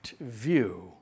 view